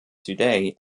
today